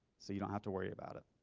so you don't have to worry about it.